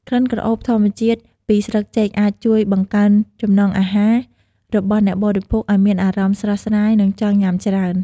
ក្លិនក្រអូបធម្មជាតិពីស្លឹកចេកអាចជួយ បង្កើនចំណង់អាហារ របស់អ្នកបរិភោគឱ្យមានអារម្មណ៍ស្រស់ស្រាយ និងចង់ញ៉ាំច្រើន។